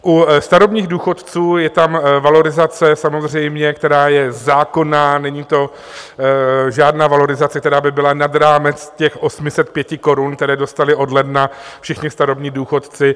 U starobních důchodců je tam valorizace samozřejmě, která je zákonná, není to žádná valorizace, která by byla nad rámec těch 805 korun, které dostali od ledna všichni starobní důchodci.